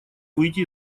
выйти